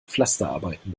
pflasterarbeiten